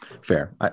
Fair